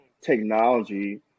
technology